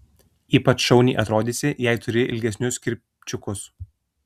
ypač šauniai atrodysi jei turi ilgesnius kirpčiukus